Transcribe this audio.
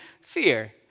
fear